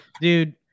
dude